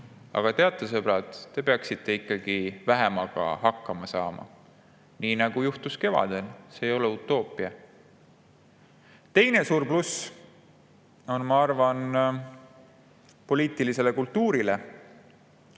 "Aga teate, sõbrad, te peaksite ikkagi vähemaga hakkama saama", nii nagu juhtus kevadel. See ei ole utoopia. Teine suur pluss on, ma arvan, poliitilisele kultuurile,